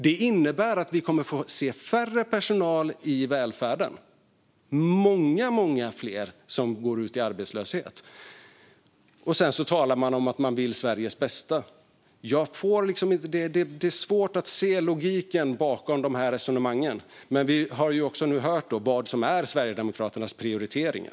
Det innebär att vi kommer att få se färre personal i välfärden och många fler som går ut i arbetslöshet. Sedan talar man om att man vill Sveriges bästa. Det är svårt att se logiken bakom de resonemangen, men vi har nu också hört vad som är Sverigedemokraternas prioriteringar.